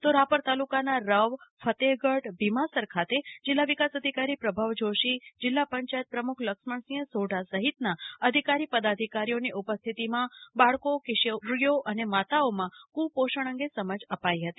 તો રાપર તાલુકાના રવ ફતેહગઢ ભીમાસર ખાતે જીલ્લા વિકાસ અધિકારી પ્રભાવ જોશી જીલ્લા પંચાયત પ્રમુખ લક્ષ્મણ સિંહ સોઢા સહિતના અધિકારીઓ પદાધિકારીઓની ઉપસ્થિતિમાં બાળકો કિશોરીઓ અને માતાઓમાં કુપોષણ અંગે સમાજ અપાઈ હતી